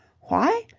why?